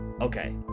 okay